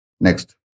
Next